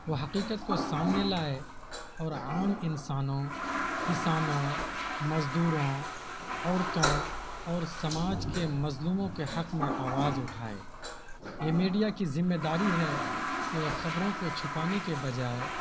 وہ حقیقت کو سامنے لائے اور عام انسانوں کسانوں مزدوروں عورتوں اور سماج کے مظلوموں کے حق میں آواز اٹھائے یہ میڈیا کی ذمہ داری ہے کہ وہ خبروں کو چھپانے کے بجائے